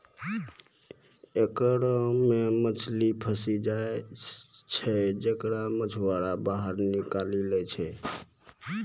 एकरा मे मछली फसी जाय छै जेकरा मछुआरा बाहर निकालि लै छै